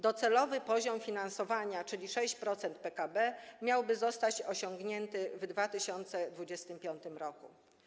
Docelowy poziom finansowania, czyli 6% PKB, miałby zostać osiągnięty w 2025 r.